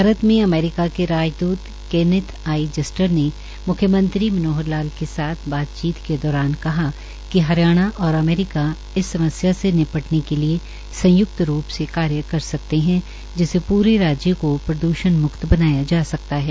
भारत में अमेरिका के राजदुत केनिथ आई जस्टर ने म्ख्यमंत्री मनोहर लाल के साथ बातचीत के दौरान कहा कि हरियाणा और अमेरिका इस समस्या से निपटने के लिए संयुक्त रूप से कार्य कर सकते है जिससे राज्य के प्रद्षण मुक्त बनाया जा सकता है